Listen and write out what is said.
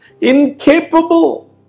incapable